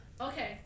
Okay